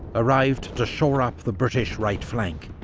arrived to shore up the british right flank.